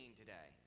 today